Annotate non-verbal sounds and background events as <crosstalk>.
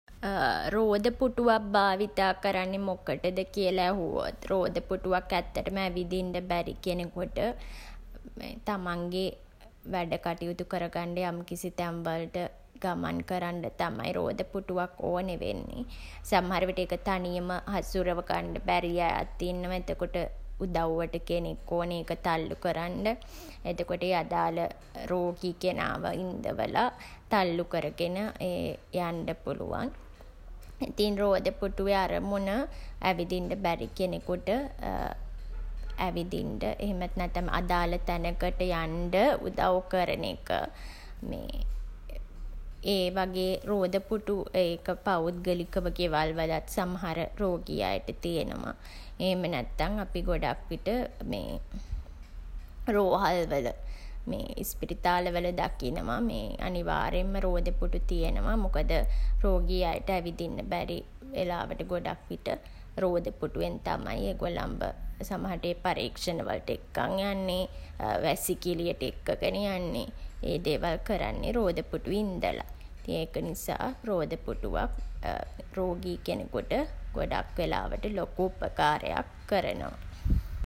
<hesitation> රෝද පුටුවක් භාවිතා කරන්නේ මොකටද කියලා ඇහුවොත් රෝද පුටුවක් ඇත්තටම ඇවිදින්න බැරි කෙනෙකුට <hesitation> තමන්ගේ වැඩ කටයුතු කරගන්ඩ යම්කිසි තැන් වලට ගමන් කරන්ඩ තමයි රෝද පුටුවක් ඕන වෙන්නේ. සමහර විට ඒක තනියම හසුරව ගන්ඩ බැරි අයත් ඉන්නවා. එතකොට උදව්වට කෙනෙක් ඕනේ ඒක තල්ලු කරන්ඩ. එතකොට ඒ අදාළ රෝගී කෙනාව ඉන්දවලා, තල්ලු කරගෙන ඒ යන්ඩ පුළුවන්. ඉතින් රෝද පුටුවේ අරමුණ ඇවිදින්ඩ බැරි කෙනෙකුට <hesitation> ඇවිදින්ඩ එහෙමත් නැත්තන් අදාළ තැනකට යන්ඩ උදව් කරන එක. <hesitation> ඒ වගේ රෝද පුටු ඒක පෞද්ගලිකව ගෙවල් වලත් සමහර රෝගී අයට තියෙනවා. එහෙම නැත්තන් අපි ගොඩක් විට මේ රෝහල්වල මේ ඉස්පිරිතාලවල දකිනවා මේ අනිවාර්යෙන්ම රෝද පුටු තියෙනවා. මොකද රෝගී අයට ඇවිදෙන්න බැරි වෙලාවට ගොඩක් විට රෝද පුටුවෙන් තමයි ඒගොල්ලන්ව සමහර විට ඒ පරීක්ෂණ වලට එක්කන් යන්නේ. <hesitation> වැසිකිළියට එක්කගෙන යන්නේ. ඒ දේවල් කරන්නේ රෝද පුටුවේ ඉන්දලා. ඒක නිසා රෝද පුටුවක් <hesitation> රෝගී කෙනෙකුට ගොඩක් වෙලාවට ලොකු උපකාරයක් කරනවා.